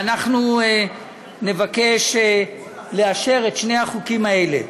ואנחנו נבקש לאשר את שני החוקים האלה.